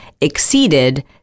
exceeded